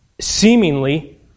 seemingly